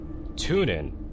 TuneIn